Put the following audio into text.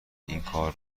اینکار